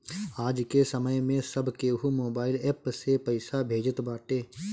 आजके समय में सब केहू मोबाइल एप्प से पईसा भेजत बाटे